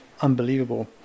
unbelievable